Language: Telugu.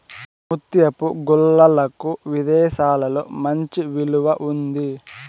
ముత్యపు గుల్లలకు విదేశాలలో మంచి విలువ ఉంది